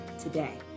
today